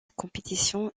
compétition